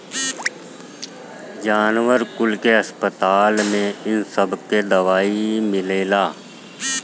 जानवर कुल के अस्पताल में इ सबके दवाई मिलेला